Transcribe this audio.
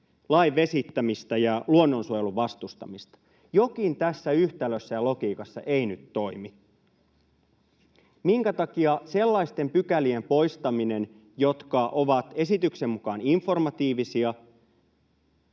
lain vesittämistä ja luonnonsuojelun vastustamista. Jokin tässä yhtälössä ja logiikassa ei nyt toimi. Minkä takia sellaisten pykälien, jotka ovat esityksen mukaan informatiivisia,